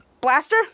Blaster